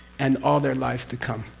and all their lives to come,